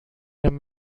بین